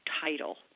title